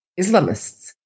Islamists